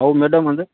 આવું મેડમ અંદર